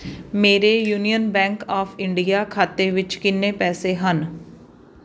ਮੇਰੇ Union Bank of India ਖਾਤੇ ਵਿੱਚ ਕਿੰਨੇ ਪੈਸੇ ਹਨ